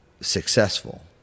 successful